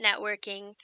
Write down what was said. networking